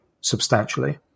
substantially